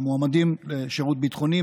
המועמדים לשירות ביטחוני,